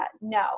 no